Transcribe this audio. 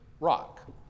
Rock